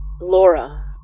Laura